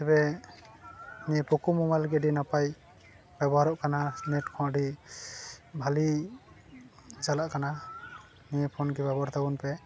ᱛᱚᱵᱮ ᱱᱤᱭᱟᱹ ᱯᱳᱠᱳ ᱢᱳᱵᱟᱭᱤᱞ ᱜᱮ ᱟᱹᱰᱤ ᱱᱟᱯᱟᱭ ᱵᱮᱵᱚᱦᱟᱨᱚᱜ ᱠᱟᱱᱟ ᱱᱮᱴ ᱠᱚᱦᱚᱸ ᱟᱹᱰᱤ ᱵᱷᱟᱹᱞᱤ ᱪᱟᱞᱟᱜ ᱠᱟᱱᱟ ᱱᱤᱭᱟᱹ ᱯᱷᱳᱱ ᱜᱮ ᱵᱮᱵᱚᱦᱟᱨ ᱛᱟᱵᱚᱱ ᱯᱮ